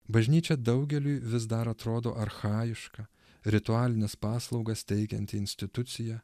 bažnyčia daugeliui vis dar atrodo archajiška ritualines paslaugas teikianti institucija